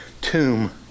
tomb